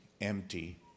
empty